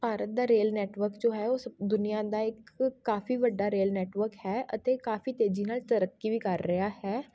ਭਾਰਤ ਦਾ rail network ਜੋ ਹੈ ਉਹ ਦੁਨੀਆਂ ਦਾ ਇੱਕ ਕਾਫੀ ਵੱਡਾ ਰੇਲ ਨੈਟਵਰਕ ਹੈ ਅਤੇ ਕਾਫੀ ਤੇਜ਼ੀ ਨਾਲ ਤਰੱਕੀ ਵੀ ਕਰ ਰਿਹਾ ਹੈ